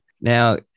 Now